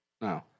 No